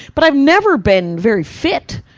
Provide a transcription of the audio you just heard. but i've never been very fit.